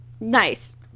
Nice